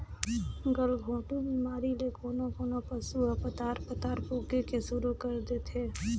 गलघोंटू बेमारी ले कोनों कोनों पसु ह पतार पतार पोके के सुरु कर देथे